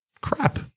Crap